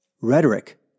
rhetoric